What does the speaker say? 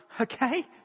Okay